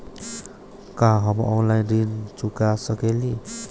का हम ऑनलाइन ऋण चुका सके ली?